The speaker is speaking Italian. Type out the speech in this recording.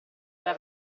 era